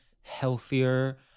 healthier